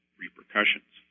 repercussions